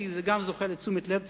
כי זה גם זוכה לתשומת לב ציבורית,